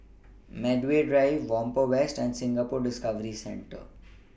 Medway Drive Whampoa West and Singapore Discovery Centre